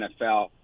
NFL